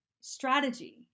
strategy